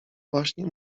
właśnie